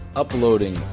uploading